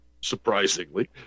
surprisingly